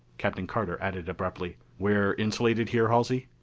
captain carter added abruptly, we're insulated here, halsey?